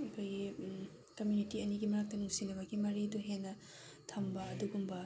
ꯑꯩꯈꯣꯏꯒꯤ ꯀꯝꯃꯤꯎꯅꯤꯇꯤ ꯑꯅꯤꯒꯤ ꯃꯔꯛꯇ ꯅꯨꯡꯁꯤꯅꯕꯒꯤ ꯃꯔꯤꯗꯨ ꯍꯦꯟꯅ ꯊꯝꯕ ꯑꯗꯨꯒꯨꯝꯕ